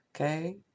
okay